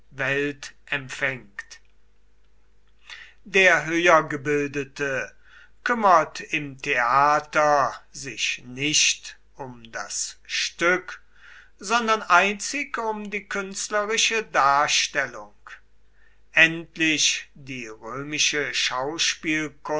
welt empfängt der höher gebildete kümmert im theater sich nicht um das stück sondern einzig um die künstlerische darstellung endlich die römische